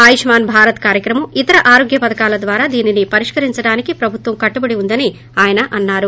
ఆయుష్మాన్ భారత్ కార్యక్రమం ఇతర ఆరోగ్య పథకాల ద్వారా దీనిని పరిష్కరించడానికి ప్రభుత్వం కట్టుబడి ఉందని ఆయన అన్నారు